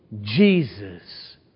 Jesus